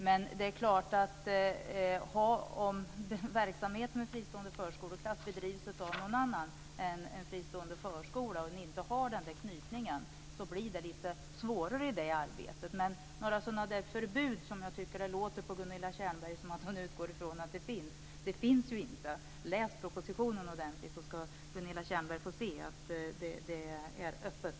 Men det är klart att om verksamheten med fristående förskoleklass bedrivs av någon annan än en fristående förskola som inte har den knytningen blir det arbetet lite svårare. Det låter på Gunilla Tjernberg som om hon utgår ifrån att det finns förbud mot detta, men det finns det inte. Läs propositionen ordentligt! Då kommer Gunilla Tjernberg att få se att det är öppet.